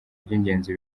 by’ingenzi